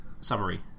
Summary